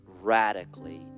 radically